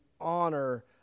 honor